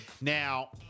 Now